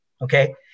Okay